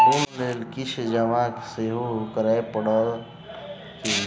Loan लेल किछ जमा सेहो करै पड़त की?